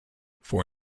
for